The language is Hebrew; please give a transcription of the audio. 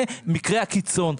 זה מקרה הקיצון.